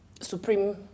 supreme